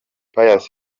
pius